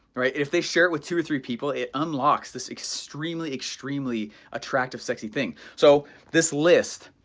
right? if they share it with two or three people, it unlocks this extremely, extremely attractive, sexy thing. so this list,